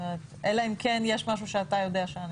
אלא אם כן יש משהו שאתה יודע.